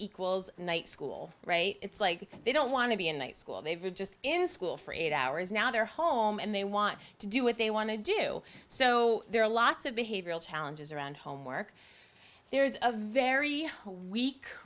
equals night school it's like they don't want to be in that school they were just in school for eight hours now they're home and they want to do what they want to do so there are lots of behavioral challenges around homework there is a very weak